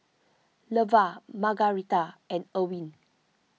Leva Margaretha and Erwin